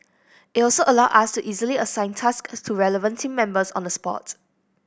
it also allow us to easily assign tasks to relevant team members on the spot